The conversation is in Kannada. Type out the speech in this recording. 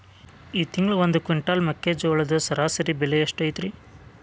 ಈ ತಿಂಗಳ ಒಂದು ಕ್ವಿಂಟಾಲ್ ಮೆಕ್ಕೆಜೋಳದ ಸರಾಸರಿ ಬೆಲೆ ಎಷ್ಟು ಐತರೇ?